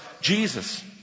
Jesus